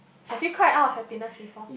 have you cried out of happiness before